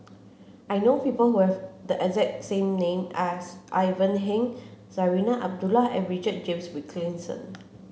I know people who have the exact same name as Ivan Heng Zarinah Abdullah and Richard James Wilkinson